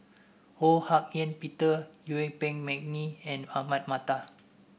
Ho Hak Ean Peter Yuen Peng McNeice and Ahmad Mattar